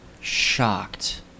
shocked